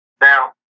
Now